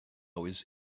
was